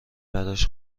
براش